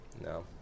no